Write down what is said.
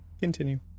Continue